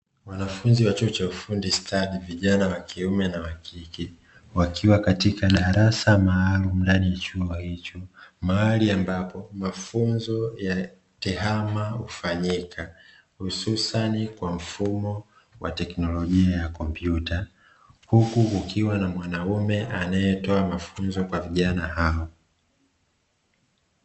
Wanafunzi wa chuo cha ufundi stadi, vijana wakiume na wakike wakiwa katika darasa maalumu ndani ya chumba hicho, mahali ambapo mafunzo ya TEHAMA hufanyika hususani kwa mfumo wa teknolojia ya kompyuta huku kukiwa na mwanume anayetoa mafunzo kwa vijana hao.